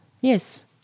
Yes